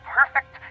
perfect